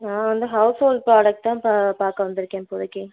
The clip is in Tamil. நான் வந்து ஹவுஸ்ஹோல் ப்ராடக்ட் பா பார்க்க வந்திருக்கேன் இப்போதைக்கு